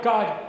God